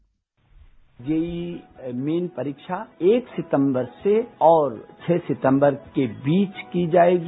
JEE main परीक्षा एक सितंबर से और छह सितंबर के बीच की जाएगी